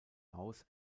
aus